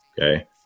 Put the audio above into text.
Okay